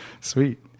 Sweet